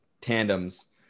tandems